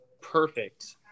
perfect